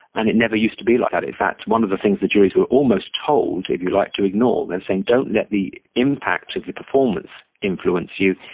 and it never used to be like that. in fact one of the things the juries were almost told, if you like, to ignore, they were saying don't let the impact of the performance influence you,